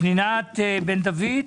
פנינה בן דוד.